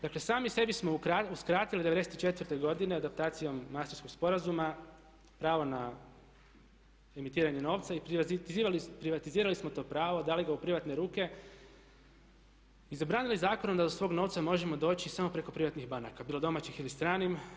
Dakle, sami sebi smo uskratili '94. godine adaptacijom Mastrichtskog sporazuma pravo na emitiranje novca i privatizirali smo to pravo, dali ga u privatne ruke i zabranili zakonom da do svog novca možemo doći samo preko privatnih banaka bilo domaćih ili stranim.